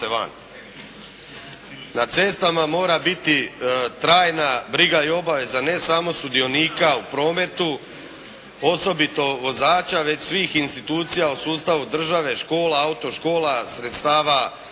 Na cestama mora biti trajna briga i obaveza ne samo sudionika u prometu, osobito vozača već svih institucija u sustavu države, škola, autoškola, sredstava